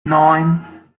nine